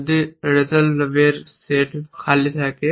যদি রেজলভারের সেট খালি থাকে